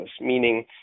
Meaning